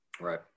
Right